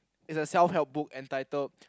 is the self help book entitled